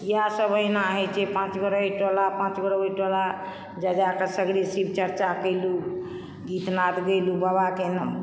इएहसभ अहिना होइ छै पाँचगोरे एहिटोला पाँचगोरे ओहिटोला जा जाक सगरे शिवचर्चा केलू गीत नाद गयलू बाबाके अहिना